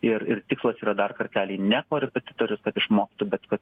ir ir tikslas yra dar kartelį ne korepetitorius kad išmoktų bet kad